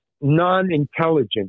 non-intelligent